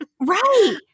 right